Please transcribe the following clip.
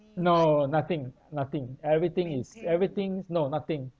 no nothing nothing everything is everything's no nothing